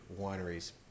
wineries